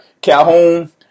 Calhoun